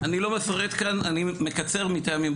אני מניח שחלקו מוכר לך דווקא מההקשרים של החרדים,